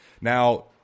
Now